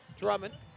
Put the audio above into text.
Drummond